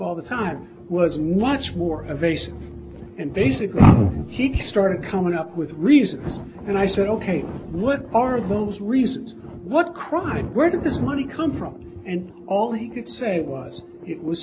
all the time was much more a vase and basically he started coming up with reasons and i said ok what are those reasons what crime and where did this money come from and all he could say was it was